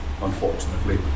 Unfortunately